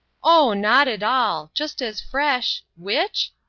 oh, not at all just as fresh which?